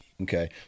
Okay